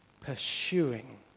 pursuing